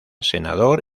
senador